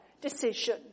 decision